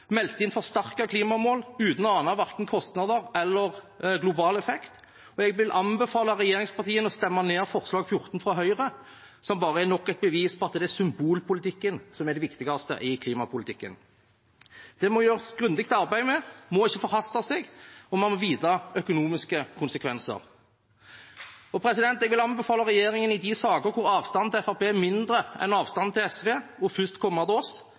inn forsterkede klimamål uten å ane verken kostnader eller global effekt. Jeg vil anbefale regjeringspartiene å stemme ned forslag nr. 14, fra Høyre, som bare er nok et bevis på at det er symbolpolitikken som er det viktigste i klimapolitikken. Det må gjøres grundig arbeid med det, man må ikke forhaste seg, og man må vite økonomiske konsekvenser. Jeg vil anbefale regjeringen i de saker hvor avstanden til Fremskrittspartiet er mindre enn avstanden til SV, først å komme til oss